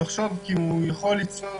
כי הוא יכול ליצור